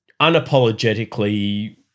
unapologetically